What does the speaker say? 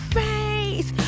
face